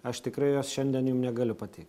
aš tikrai jos šiandien jum negaliu pateikt